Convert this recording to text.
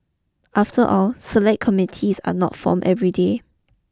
after all select committees are not formed every day